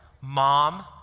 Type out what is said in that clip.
mom